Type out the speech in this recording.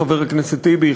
חבר הכנסת טיבי,